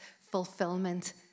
fulfillment